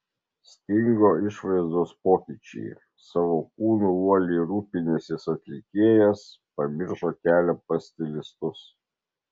stingo išvaizdos pokyčiai savo kūnu uoliai rūpinęsis atlikėjas pamiršo kelią pas stilistus